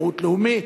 שירות לאומי,